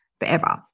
forever